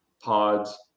pods